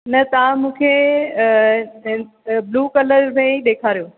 न तव्हां मूंखे ब्लू कलर में ई ॾेखारियो